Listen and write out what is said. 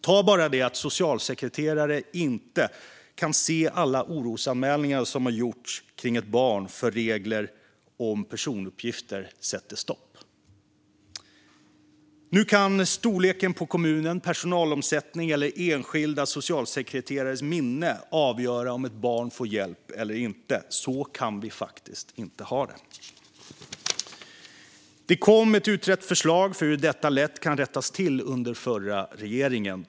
Ta bara det att en socialsekreterare inte kan se alla orosanmälningar som gjorts kring ett barn, på grund av att regler om personuppgifter sätter stopp. Storleken på en kommun, personalomsättning och enskilda socialsekreterares minne kan avgöra om ett barn får hjälp eller inte. Så kan vi faktiskt inte ha det! Det kom ett utrett förslag om hur detta lätt kan rättas till under förra regeringen.